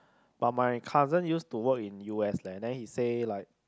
but my cousin used to work in u_s leh then he say like